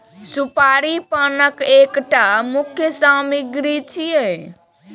सुपारी पानक एकटा मुख्य सामग्री छियै